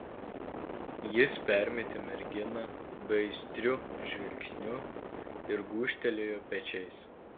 jis permetė merginą beaistriu žvilgsniu ir gūžtelėjo pečiais